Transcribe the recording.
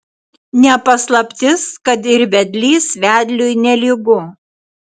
ne paslaptis kad ir vedlys vedliui nelygu